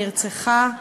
נרצחה.